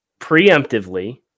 preemptively